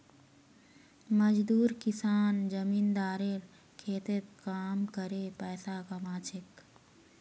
मजदूर किसान जमींदारेर खेतत काम करे पैसा कमा छेक